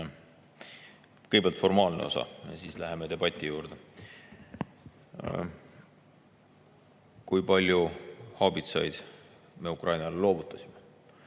Kõigepealt formaalne osa, siis läheme debati juurde. Kui palju haubitsaid me Ukrainale loovutasime?